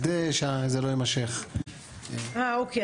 אוקיי.